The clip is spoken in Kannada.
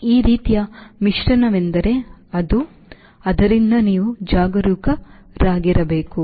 ಆದ್ದರಿಂದ ಈ ರೀತಿಯ ಮಿಶ್ರಣವೆಂದರೆ ಅದು ಆದ್ದರಿಂದ ನೀವು ಜಾಗರೂಕರಾಗಿರಬೇಕು